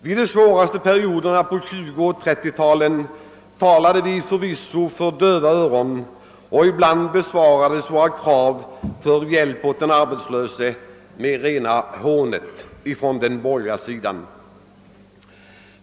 Under de svåraste perioderna på 1920 och 1930-talen talade vi förvisso för döva öron, och ibland besvarades våra krav på hjälp åt den arbetslöse med rena hånet.